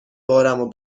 بارمو